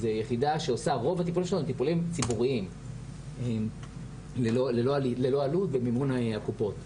רוב הטיפולים שלנו הם טיפולים ציבוריים ללא עלות במימון הקופות.